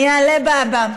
אני אעלה בבא.